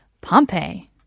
Pompeii